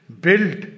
built